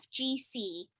FGC